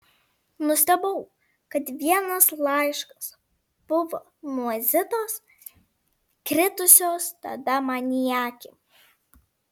nustebau kad vienas laiškas buvo nuo zitos kritusios tada man į akį